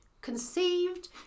Conceived